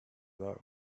work